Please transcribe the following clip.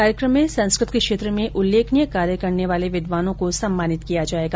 कार्यकम में संस्कृत के क्षेत्र में उल्लेखनीय कार्य करने वाले लोगों को सम्मानित किया जायेगा